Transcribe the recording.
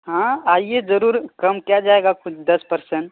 ہاں آئیے ضرور کم کیا جائے گا کچھ دس پرسنٹ